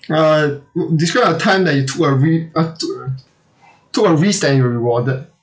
uh o~ describe a time that you took a ri~ uh took a risk and you were rewarded